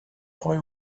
boy